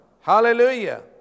Hallelujah